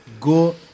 go